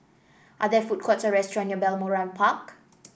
are there food courts or restaurant near Balmoral Park